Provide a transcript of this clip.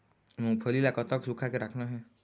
मूंगफली ला कतक सूखा के रखना हे?